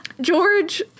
George